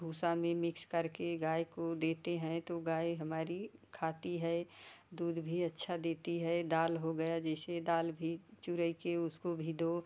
भूसा में मिक्स करके गाय को देते हैं तो गाय हमारी खाती है दूध भी अच्छा देती है दाल हो गया जैसे दाल भी चुरई के उसको भी दो